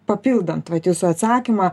papildant vat jūsų atsakymą